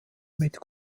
mit